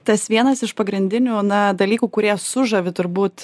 tas vienas iš pagrindinių na dalykų kurie sužavi turbūt